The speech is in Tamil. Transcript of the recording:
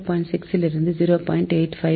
6லிருந்து 0